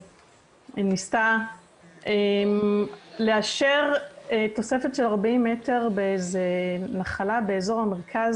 שניסתה לאשר תוספת של 40 מטר בנחלה באזור המרכז,